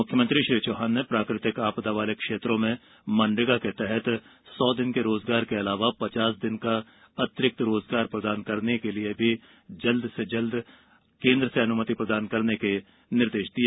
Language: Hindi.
मुख्यमंत्री श्री चौहान ने प्राकृतिक आपदा वाले क्षेत्रों में मनरेगा के तहत सौ दिन के रोजगार के अलावा पचास दिन का अतिरिक्त रोजगार प्रदान करने के लिए भी जल्द ही केन्द्र से अनुमति प्राप्त करने के निर्देश दिये